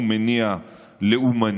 הוא מניע לאומני.